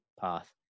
path